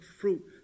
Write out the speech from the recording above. fruit